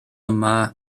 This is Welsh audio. yma